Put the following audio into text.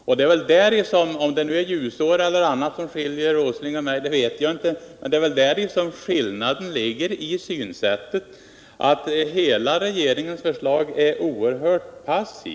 Om det nu är ljusår eller annat som skiljer Nils Åsling och mig vet jag inte, men det är väl i följande synsätt som skillnaden ligger: Vi anser att hela regeringens förslag är oerhört passivt.